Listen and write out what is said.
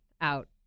out